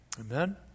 amen